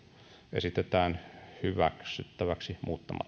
esitetään hyväksyttäväksi